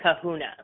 kahuna